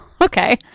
Okay